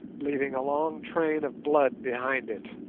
leaving a long train of blood behind it.